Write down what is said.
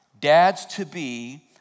dads-to-be